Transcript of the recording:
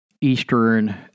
Eastern